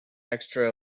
extra